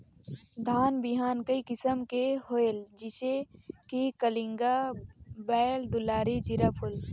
धान बिहान कई किसम के होयल जिसे कि कलिंगा, बाएल दुलारी, जीराफुल?